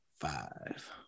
five